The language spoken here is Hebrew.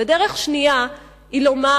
ודרך שנייה היא לומר: